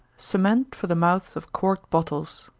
cement for the mouths of corked bottles.